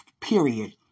period